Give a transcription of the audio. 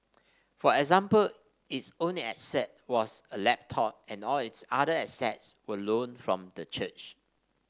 for example its only asset was a laptop and all its other assets were loaned from the church